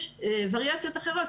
יש וריאציות אחרות,